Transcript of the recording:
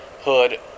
hood